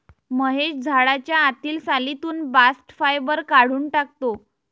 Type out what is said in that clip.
महेश झाडाच्या आतील सालीतून बास्ट फायबर काढून टाकतो